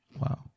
wow